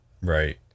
Right